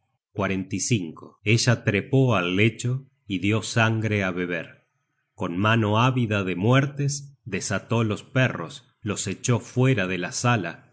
search generated at ella trepó al lecho y dió sangre á beber con mano ávida de muertes desató los perros los echó fuera de la sala